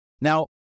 Now